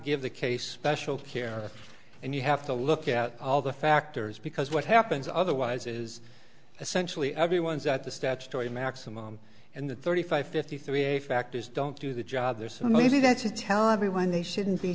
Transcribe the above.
give the case paschal care and you have to look at all the factors because what happens otherwise is essentially everyone's out the statutory maximum and the thirty five fifty three factors don't do the job there so maybe that's to tell everyone they shouldn't be